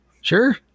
Sure